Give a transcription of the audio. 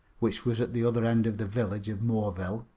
which was at the other end of the village of moreville,